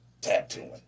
tattooing